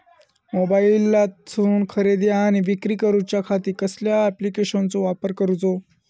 मोबाईलातसून खरेदी आणि विक्री करूच्या खाती कसल्या ॲप्लिकेशनाचो वापर करूचो?